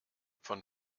von